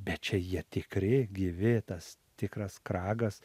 bet čia jie tikri gyvi tas tikras kragas